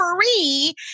free